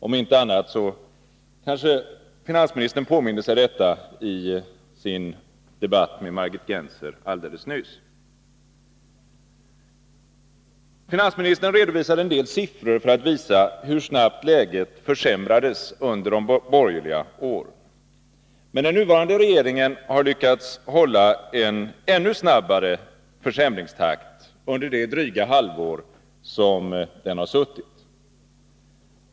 Om inte annat så kanske finansministern påminde sig detta i sin debatt med Margit Gennser alldeles nyss. Finansministern redovisade en del siffror för att visa hur snabbt läget försämrades under de borgerliga åren. Men den nuvarande regeringen har lyckats hålla en ännu snabbare försämringstakt under det dryga halvår som den har suttit.